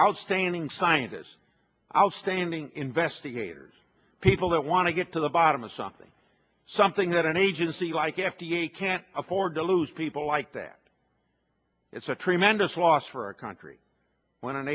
outstanding scientists outstanding investigators people that want to get to the bottom of something something that an agency like f d a can't afford to lose people like that it's a tremendous loss for our country when an